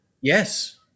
Yes